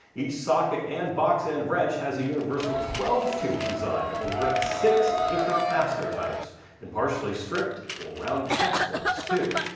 each socket and box end wrench has a universal twelve tooth design that was grip six different fastener types and partially stripped, or rounded hex ones, too.